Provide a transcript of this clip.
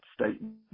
statement